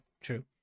true